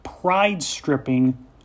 pride-stripping